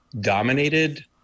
dominated